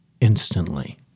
instantly